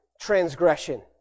transgression